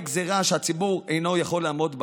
גזרה שהציבור אינו יכול לעמוד בה.